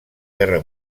guerra